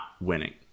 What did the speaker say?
winning